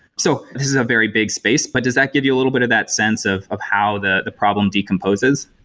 so this is a very big space, but does that give you a little bit of that sense of of how the the problem decomposes?